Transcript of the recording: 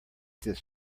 this